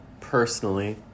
personally